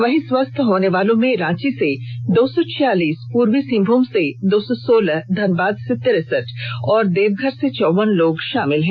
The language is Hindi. वहीं स्वस्थ होने वालों में रांची से दो सौ छियालीस पूर्वी सिंहभूम से दो सौ सोलह धनबाद से तिरसठ और देवघर से चौवन लोग शामिल हैं